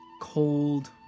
cold